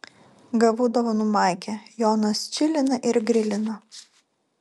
gavau dovanų maikę jonas čilina ir grilina